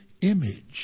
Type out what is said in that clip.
image